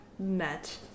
met